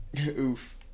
Oof